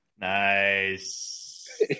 Nice